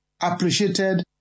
appreciated